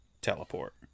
teleport